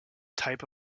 type